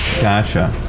Gotcha